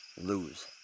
lose